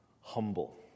humble